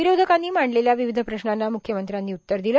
विरोषकांनी मांडलेल्या विविध प्रश्नांना मुख्यमंत्र्यांनी उत्तर दिलं